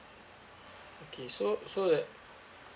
okay so so like